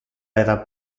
era